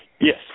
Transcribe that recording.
Yes